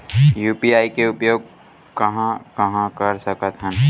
UPI के उपयोग कहां कहा कर सकत हन?